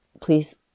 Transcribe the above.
please